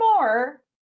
more